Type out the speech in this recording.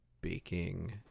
baking